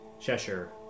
Cheshire